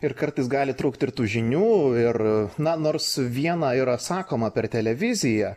ir kartais gali trukti ir tų žinių ir na nors viena yra sakoma per televiziją